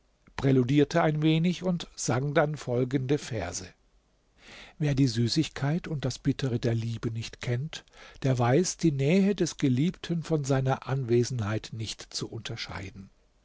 präludierte ein wenig und sang dann folgende verse wer die süßigkeit und das bittere der liebe nicht kennt der weiß die nähe des geliebten von seiner anwesenheit nicht zu unterscheiden